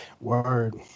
Word